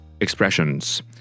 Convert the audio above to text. expressions